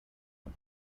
and